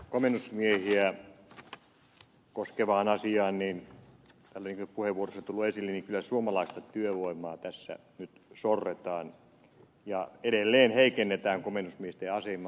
komennusmiehiä koskevaan asiaan totean että niin kuin puheenvuoroissa on tullut esille kyllä suomalaista työvoimaa tässä nyt sorretaan ja edelleen heikennetään komennusmiesten asemaa